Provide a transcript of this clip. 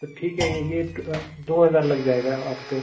तब ठीक है ये दो हज़ार लग जाएगा आपको